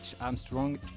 Armstrong